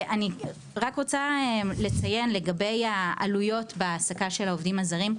אני רק רוצה לציין לגבי העלויות בהעסקה של העובדים הזרים.